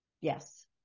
Yes